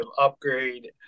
upgrade